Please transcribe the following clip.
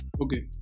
Okay